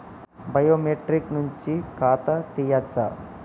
Biometric నుంచి ఖాతా తీయచ్చా?